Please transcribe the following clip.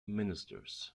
ministers